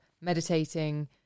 meditating